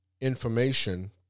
information